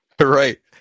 Right